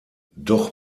doch